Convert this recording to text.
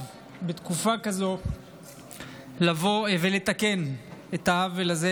בתקופה כזו לבוא ולתקן את העוול הזה.